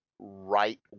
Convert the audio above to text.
right